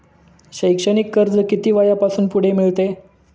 शैक्षणिक कर्ज किती वयापासून पुढे मिळते?